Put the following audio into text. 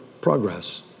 progress